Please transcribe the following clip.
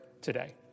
today